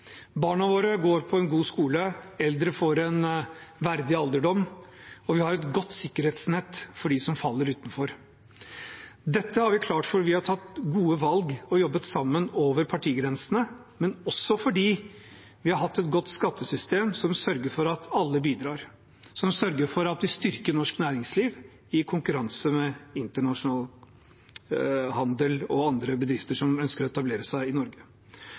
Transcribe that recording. Barna våre går på en god skole, eldre får en verdig alderdom, og vi har et godt sikkerhetsnett for dem som faller utenfor. Dette har vi klart fordi vi har tatt gode valg og jobbet sammen over partigrensene, men også fordi vi har hatt et godt skattesystem som sørger for at alle bidrar, og som sørger for at vi styrker norsk næringsliv i konkurranse med internasjonal handel og andre bedrifter som ønsker å etablere seg i Norge.